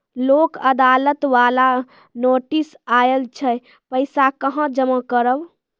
लोक अदालत बाला नोटिस आयल छै पैसा कहां जमा करबऽ?